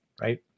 right